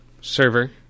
server